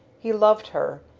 he loved her,